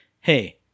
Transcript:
hey